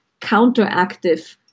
counteractive